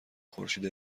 خورشید